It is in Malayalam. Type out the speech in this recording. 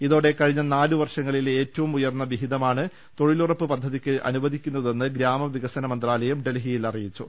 ഇതോടെ കഴിഞ്ഞ നാലുവർഷങ്ങളിലെ ഏറ്റവും ഉയർന്ന വിഹിതമാണ് തൊഴിലു റപ്പ് പദ്ധതിക്ക് അനുവദിക്കുന്നതെന്ന് ഗ്രാമവിക്സന് മന്ത്രാലയം ഡൽഹി യിൽ അറിയിച്ചു